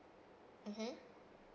(uh huh)